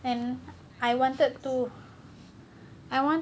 and I wanted to I want